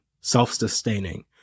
self-sustaining